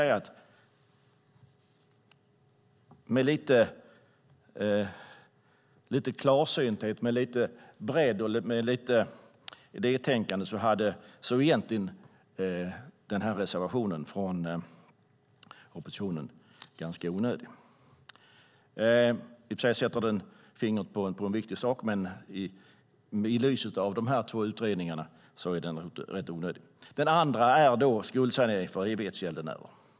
Med lite klarsynthet, bredd och idétänkande är reservationen från oppositionen onödig. I och för sig sätter reservationen fingret på en viktig sak, men i ljuset av de två utredningarna är den onödig. Den andra utredningen gäller skuldsanering för evighetsgäldenärer.